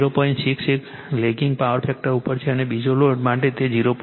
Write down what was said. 6 lagging power factor ઉપર છે અને બીજા લોડ માટે તે 0